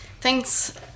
thanks